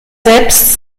selbst